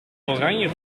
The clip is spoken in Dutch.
oranje